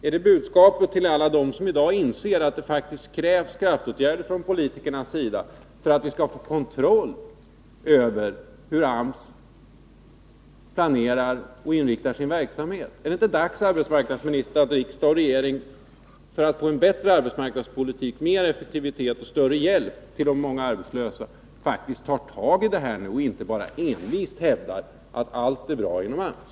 Är det budskapet till alla dem som inser att det faktiskt krävs kraftåtgärder från politikernas sida för att vi skall få kontroll över hur AMS planerar och inriktar sin verksamhet? Är det inte dags att riksdag och regering, för att få en bättre arbetsmarknadspolitik — mer effektivitet och större hjälp till de många arbetslösa — tar tag i detta och inte bara envist hävdar att allt är bra inom AMS?